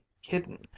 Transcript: hidden